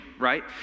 right